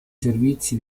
servizi